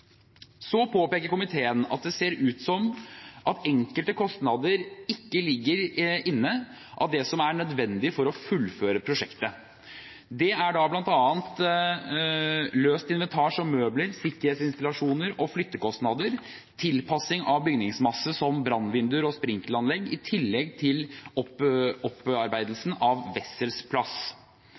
Så påpeker komiteen at det ser ut som at enkelte kostnader som er nødvendige for å fullføre prosjektet, ikke ligger inne. Det gjelder bl.a. løst inventar som møbler, sikkerhetsinstallasjoner, flyttekostnader, tilpasninger av bygningsmasse som brannvinduer og sprinkelanlegg, i tillegg til opparbeidelsen av